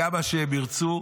כמה שהם ירצו,